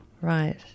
Right